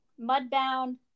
Mudbound